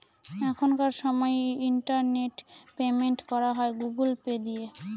এখনকার সময় internet payment করা হয় গুগুল পে দিয়ে